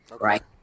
right